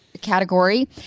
category